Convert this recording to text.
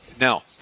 Now